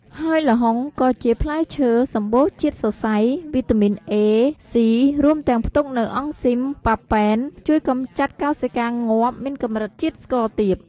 ហើយល្ហុងក៏ជាផ្លែឈើ សម្បូរជាតិសរសៃ វីតាមីន A, C រួមទាំងផ្ទុកនូវអង់ស៊ីម ប៉ាប៉េន ជួយកម្ចាត់កោសិកាងាប់ មានកម្រិតជាតិស្ករទាប។